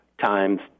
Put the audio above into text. times